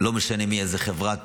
לא משנה מאיזה חברת